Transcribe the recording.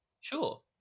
sure